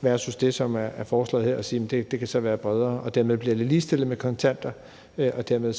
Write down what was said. versus det, som er foreslået her, hvor man så siger, at det kan være bredere og dermed bliver ligestillet med kontanter. Og dermed